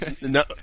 no